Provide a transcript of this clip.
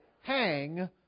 hang